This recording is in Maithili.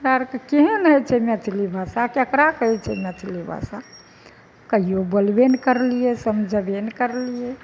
हमरा आरके केहन हइ छै मैथिली भाषा ककरा कहय छै मैथिली भाषा कहियो बोलबे नहि करलियै किछु समझबे नहि करलियै